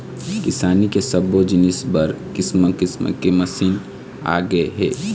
किसानी के सब्बो जिनिस बर किसम किसम के मसीन आगे हे